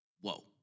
Whoa